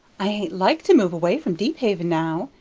i ain't like to move away from deephaven now,